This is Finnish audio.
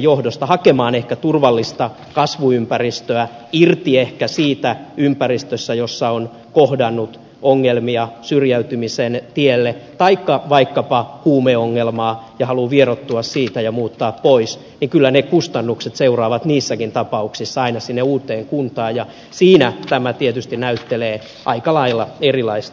johdosta hakemaan ehkä turvallista kasvuympäristöä halutaan ehkä irti siitä ympäristöstä jossa on kohdannut ongelmia joutunut syrjäytymisen tielle tai on vaikkapa huumeongelmaa ja haluaa vieroittua siitä ja muuttaa pois niin kyllä ne kustannukset seuraavat niissäkin tapauksissa aina sinne uuteen kuntaan ja siinä tämä tietysti näyttelee aikalailla erilaista kulmaa